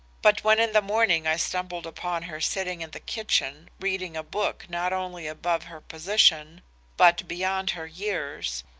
but when in the morning i stumbled upon her sitting in the kitchen reading a book not only above her position but beyond her years,